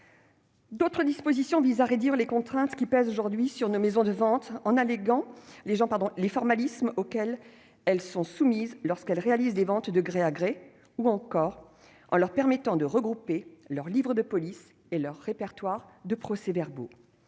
D'autres dispositions visent à réduire les contraintes qui pèsent aujourd'hui sur nos maisons de vente, en allégeant le formalisme auxquelles elles sont soumises, lorsqu'elles réalisent des ventes de gré à gré, ou encore en leur permettant de regrouper leur livre de police et leur répertoire des procès-verbaux.